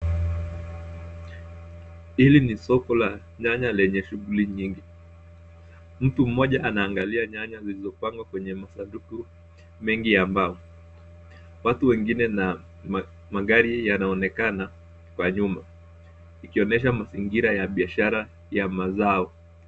Hili ni soko la nyanya lenye shughuli nyingi. Mtu mmoja anaangalia nyanya zilizopangwa kwenye masanduku mengi ya mbao. Watu wengine na magari yanaonekana kwa nyuma, ikionyesha mazingira ya biashara ya mazao.